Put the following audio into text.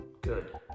good